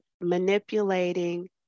manipulating